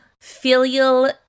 Filial